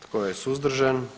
Tko je suzdržan?